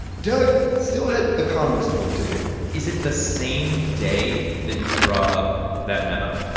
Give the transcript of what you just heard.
doug still had economist work to do is it the same day that you draw up that memo?